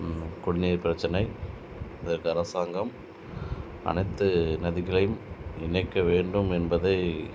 குடிநீர் பிரச்சனை அதற்கு அரசாங்கம் அனைத்து நதிகளையும் இணைக்க வேண்டும் என்பதே